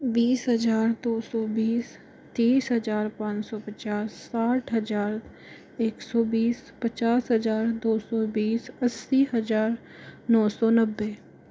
बीस हज़ार दो सो बीस तीस हज़ार पाँच सौ पचास साठ हज़ार एक सौ बीस पचास हज़ार दो सौ बीस अस्सी हज़ार नौ सौ नब्बे